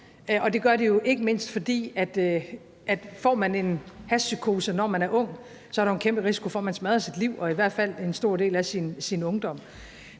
det gør det jo ikke mindst, fordi der, hvis man får en hashpsykose, når man er ung, er en kæmpe risiko for, at man smadrer sit liv eller i hvert fald en stor del af sin ungdom.